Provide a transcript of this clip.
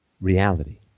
reality